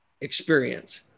experience